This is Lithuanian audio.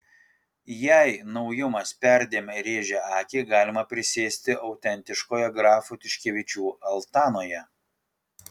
jei naujumas perdėm rėžia akį galima prisėsti autentiškoje grafų tiškevičių altanoje